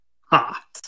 Hot